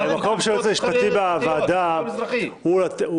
המקום של היועץ המשפטי בוועדה מהרגע